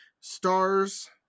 Stars